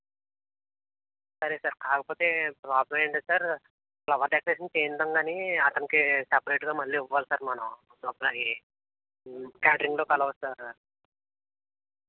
సరే సార్ కాకపోతే ప్రాబ్లమ్ ఏంటంటే సార్ ఫ్లవర్ డెకరేషన్ చేయిస్తాం కానీ అతనికి సెపెరేటుగా మళ్ళీ ఇవ్వాలి సార్ మనం డబ్బులు అవి క్యాటరింగ్లో కలవదు సార్